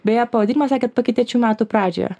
beje pavadinimą sakėt pakeitėt šių metų pradžioje